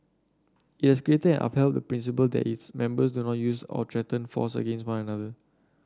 it has created upheld the principle that its members do not use or threaten force against one another